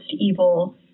evil